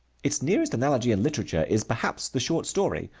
its nearest analogy in literature is, perhaps, the short story,